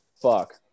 fuck